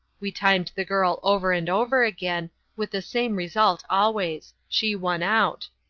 we timed the girl over and over again with the same result always she won out.